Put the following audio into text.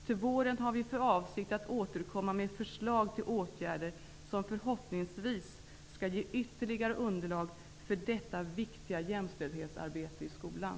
Till våren har vi för avsikt att återkomma med förslag till åtgärder som förhoppningsvis skall ge ytterligare underlag för detta viktiga jämställdhetsarbete i skolan.